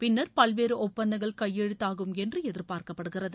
பின்னா் பல்வேறு ஒப்பந்தங்கள் கையெழுத்தாகும் என்று எதிா்பாா்க்கப்படுகிறது